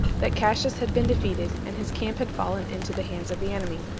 that cassius had been defeated, and his camp had fallen into the hands of the enemy.